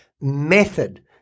method